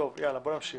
נמשיך.